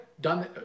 done